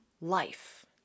life